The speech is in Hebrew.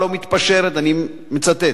הלא-מתפשרת" אני מצטט,